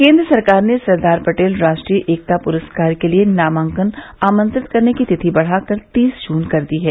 केन्द्र सरकार ने सरदार पटेल राष्ट्रीय एकता पुरस्कार के लिए नामांकन आमंत्रित करने की तिथि बढ़ाकर तीस जून कर दी है